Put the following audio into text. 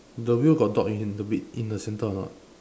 the wheel got dog in the wheat in the centre or not